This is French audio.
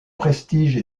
prestige